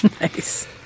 Nice